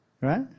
Right